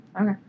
Okay